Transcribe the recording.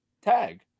tag